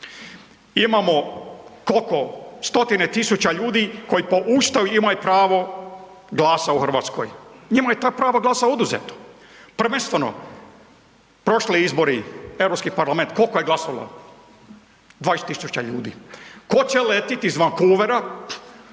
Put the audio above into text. Imamo, kolko, stotine tisuća ljudi koji po Ustav imaju pravo glasa u RH. Njima je ta prava glasa oduzeto. Prvenstveno prošli izbori, Europski parlament, koliko je glasovalo? 20 000 ljudi. Ko će letiti iz Vancouvera